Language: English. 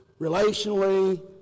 relationally